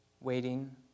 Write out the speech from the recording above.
waiting